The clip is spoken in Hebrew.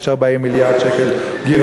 מאיפה ידעת שיש 40 מיליארד שקל גירעון?